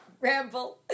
ramble